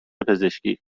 پزشکی